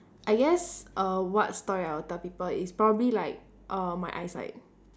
I guess err what story I will tell people is probably like err my eyesight